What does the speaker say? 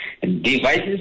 Devices